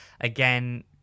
again